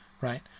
right